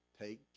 Take